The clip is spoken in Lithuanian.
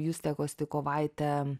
juste kostikovaite